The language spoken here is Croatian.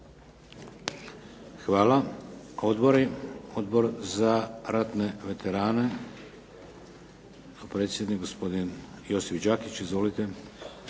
Odbori? Odbor za ratne veterane, predsjednik gospodin Josip Đakić. Izvolite.